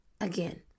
again